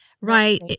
right